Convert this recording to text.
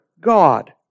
God